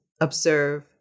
observe